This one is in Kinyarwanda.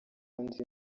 nzi